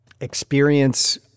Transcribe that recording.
experience